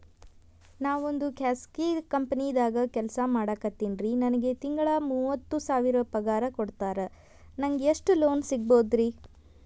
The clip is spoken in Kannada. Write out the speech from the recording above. ನಾವೊಂದು ಖಾಸಗಿ ಕಂಪನಿದಾಗ ಕೆಲ್ಸ ಮಾಡ್ಲಿಕತ್ತಿನ್ರಿ, ನನಗೆ ತಿಂಗಳ ಮೂವತ್ತು ಸಾವಿರ ಪಗಾರ್ ಕೊಡ್ತಾರ, ನಂಗ್ ಎಷ್ಟು ಲೋನ್ ಸಿಗಬೋದ ರಿ?